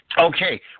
Okay